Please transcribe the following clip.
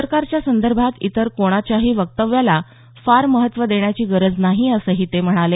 सरकारच्या संदर्भात इतर कोणाच्या वक्तव्याला फार महत्त्व देण्याची गरज नाही असंही ते म्हणाले